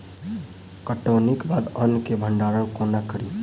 कटौनीक बाद अन्न केँ भंडारण कोना करी?